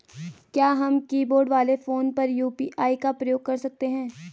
क्या हम कीबोर्ड वाले फोन पर यु.पी.आई का प्रयोग कर सकते हैं?